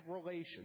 relations